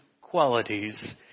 qualities